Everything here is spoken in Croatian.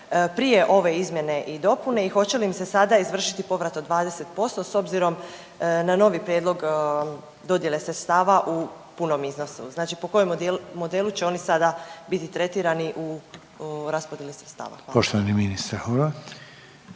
prije ove izmjene i dopune i hoće li im se sada izvršiti povrat od 20% s obzirom na novi prijedlog dodjele sredstava u punom iznosu. Znači po kojem modelu će oni sada biti tretirani u raspodjeli sredstava? **Reiner, Željko